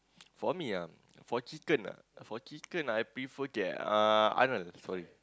for me ah for chicken ah for chicken I prefer okay uh Arnold sorry